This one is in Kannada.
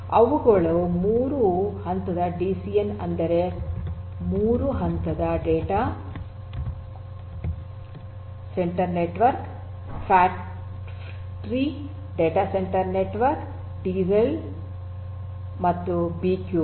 ಅವುಗಳು ಮೂರು ಹಂತದ ಡಿಸಿಎನ್ ಅಂದರೆ ಮೂರು ಹಂತದ data center network fat tree data center network DCell ಮತ್ತು ಬಿಕ್ಯೂಬ್